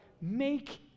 Make